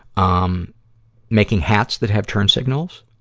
um making hats that have turn signals.